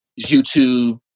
YouTube